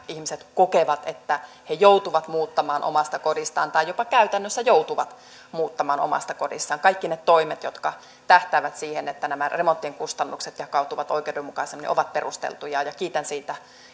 ihmiset kokevat että he joutuvat muuttamaan omasta kodistaan tai käytännössä jopa joutuvat muuttamaan omasta kodistaan kaikki ne toimet jotka tähtäävät siihen että nämä remonttien kustannukset jakautuvat oikeudenmukaisemmin ovat perusteltuja ja kiitän